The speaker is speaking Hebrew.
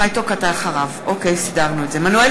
בעד מנואל